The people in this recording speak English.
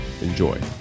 Enjoy